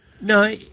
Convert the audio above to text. no